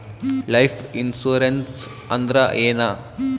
Life insurance ಅಂದ್ರ ಏನ?